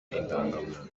indangamuntu